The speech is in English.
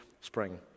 spring